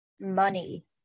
money